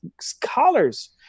scholars